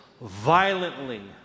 violently